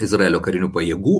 izraelio karinių pajėgų